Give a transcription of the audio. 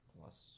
plus